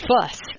fuss